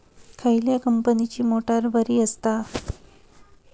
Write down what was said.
खयल्या कंपनीची मोटार बरी असता?